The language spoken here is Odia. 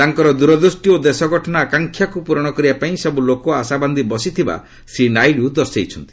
ତାଙ୍କର ଦୂରଦୃଷ୍ଟି ଓ ଦେଶଗଠନ ଆକାଂକ୍ଷାକୁ ପ୍ରରଣ କରିବା ପାଇଁ ସବୁ ଲୋକ ଆଶାବାନ୍ଧି ବସିଥିବା ସେ ଦର୍ଶାଇଛନ୍ତି